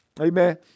Amen